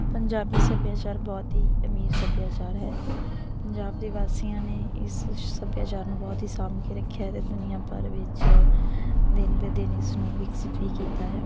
ਪੰਜਾਬੀ ਸੱਭਿਆਚਾਰ ਬਹੁਤ ਹੀ ਅਮੀਰ ਸੱਭਿਆਚਾਰ ਹੈ ਪੰਜਾਬ ਦੇ ਵਾਸੀਆਂ ਨੇ ਇਸ ਸੱਭਿਆਚਾਰ ਨੂੰ ਬਹੁਤ ਹੀ ਸਾਂਭ ਕੇ ਰੱਖਿਆ ਅਤੇ ਦੁਨੀਆ ਭਰ ਵਿੱਚ ਦਿਨ ਵੇ ਦਿਨ ਇਸ ਨੂੰ ਵਿਕਸਿਤ ਵੀ ਕੀਤਾ ਹੈ